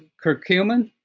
curcumin.